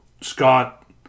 Scott